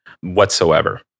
whatsoever